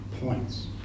points